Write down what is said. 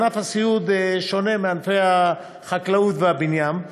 ענף הסיעוד שונה מענפי החקלאות והבניין,